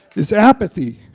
is apathy.